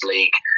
League